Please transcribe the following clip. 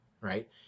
right